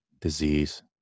disease